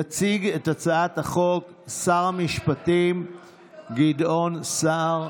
יציג את הצעת החוק שר המשפטים גדעון סער,